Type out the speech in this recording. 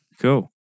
Cool